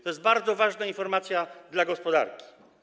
To jest bardzo ważna informacja dla gospodarki.